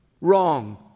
Wrong